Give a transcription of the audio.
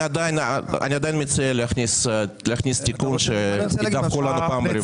אני עדיין מציע להכניס תיקון שידווחו לנו פעם ברבעון.